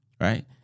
right